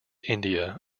india